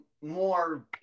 more